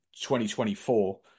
2024